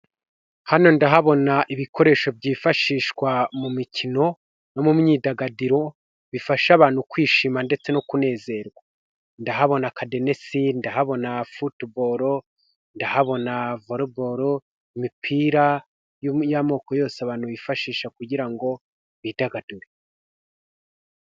Hano ndahabona ibikoresho byifashishwa mu mikino no mu myidagaduro, bifasha abantu kwishima ndetse no kunezerwa, ndahabona akadenesi, ndahabona na futu boro, ndahabona vore boro, imipira y'amoko yose abantu bifashisha kugira ngo bidagadure.